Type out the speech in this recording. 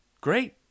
great